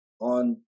On